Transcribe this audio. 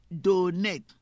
Donate